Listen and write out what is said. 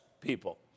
people